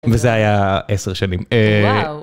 וזה היה 10 שנים.